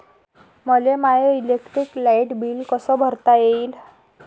मले माय electric light bill कस भरता येईल?